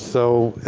so,